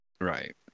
right